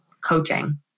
coaching